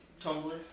Tumblr